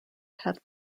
have